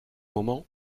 moment